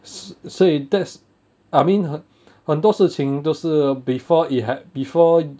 so so it that's I mean 很多事情都是 before it had before